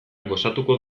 gozatuko